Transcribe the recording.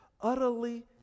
Utterly